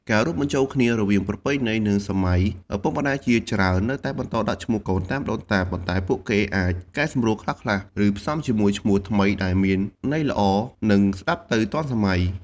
ការរួមបញ្ចូលគ្នារវាងប្រពៃណី និងសម័យ ឪពុកម្តាយជាច្រើននៅតែបន្តដាក់ឈ្មោះកូនតាមដូនតា ប៉ុន្តែពួកគេអាចកែសម្រួលខ្លះៗ ឬផ្សំជាមួយឈ្មោះថ្មីដែលមានន័យល្អ និងស្តាប់ទៅទាន់សម័យ។។